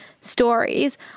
stories